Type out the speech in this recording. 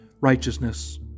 righteousness